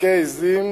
(נזקי עזים),